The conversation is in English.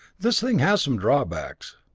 this thing has some drawbacks.